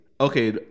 Okay